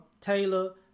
Taylor